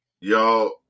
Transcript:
y'all